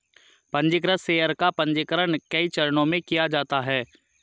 पन्जीकृत शेयर का पन्जीकरण कई चरणों में किया जाता है